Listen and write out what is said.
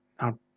Now